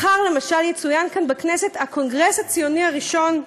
מחר למשל יצוין כאן בכנסת הקונגרס הציוני הראשון,